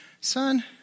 Son